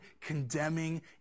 condemning